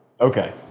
Okay